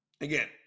Again